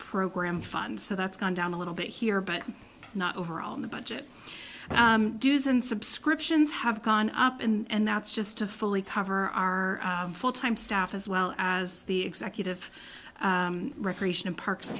program fund so that's gone down a little bit here but not overall in the budget dues and subscriptions have gone up and that's just to fully cover our full time staff as well as the executive recreation and parks